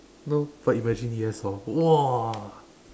no but imagine yes hor !wah!